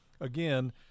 Again